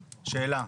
שאלה.